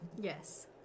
Yes